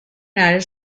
united